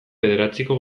bederatziko